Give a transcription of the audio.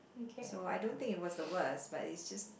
so I don't think it was the worst but is just